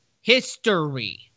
history